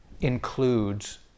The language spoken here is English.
includes